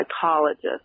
psychologist